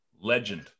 legend